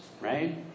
right